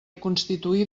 constituir